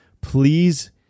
Please